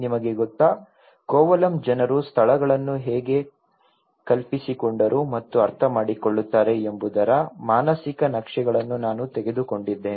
ನಿಮಗೆ ಗೊತ್ತಾ ಕೋವಲಂ ಜನರು ಸ್ಥಳಗಳನ್ನು ಹೇಗೆ ಕಲ್ಪಿಸಿಕೊಂಡರು ಮತ್ತು ಅರ್ಥಮಾಡಿಕೊಳ್ಳುತ್ತಾರೆ ಎಂಬುದರ ಮಾನಸಿಕ ನಕ್ಷೆಗಳನ್ನು ನಾನು ತೆಗೆದುಕೊಂಡಿದ್ದೇನೆ